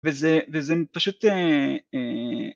וזה פשוט